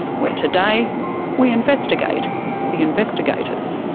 where today we investigate the investigators.